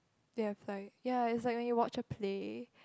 they have like ya its like when you watch a play